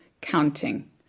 counting